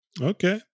Okay